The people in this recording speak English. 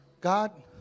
God